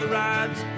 rides